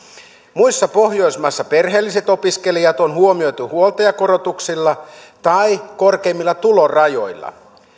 muissa pohjoismaissa perheelliset opiskelijat on huomioitu huoltajakorotuksilla tai korkeammilla tulorajoilla